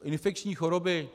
Infekční choroby.